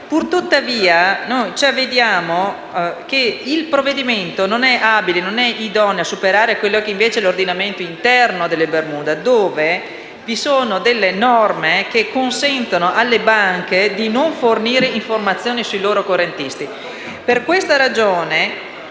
tuttavia ci avvediamo che il provvedimento non è idoneo a superare l'ordinamento interno delle Bermuda, dove vi sono delle norme che consentono alle banche di non fornire informazioni sui loro correntisti. Per questa ragione,